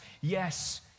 yes